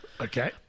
Okay